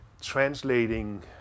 translating